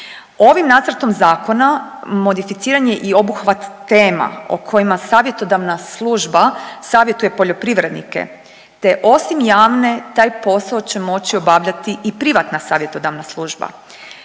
Ovim nacrtom zakona modificiranje i obuhvat tema o kojima savjetodavna služba savjetuje poljoprivrednike te osim javne taj posao će moći obavljati i privatna savjetodavna služba.